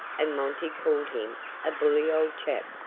and monty called him a bully old chap,